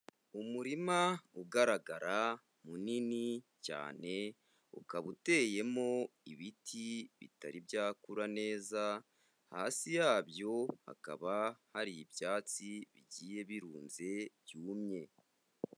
Umurima ugaragara munini cyane ukaba uteyemo ibiti bitari byakura neza, hasi yabyo hakaba hari ibyatsi bigiye birunze byumye.